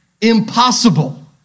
Impossible